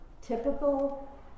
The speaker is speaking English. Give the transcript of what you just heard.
typical